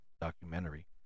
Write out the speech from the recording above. documentary